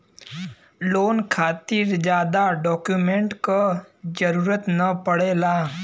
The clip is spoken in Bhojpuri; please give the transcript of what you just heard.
लोन खातिर जादा डॉक्यूमेंट क जरुरत न पड़ेला